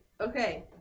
Okay